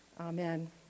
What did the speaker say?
Amen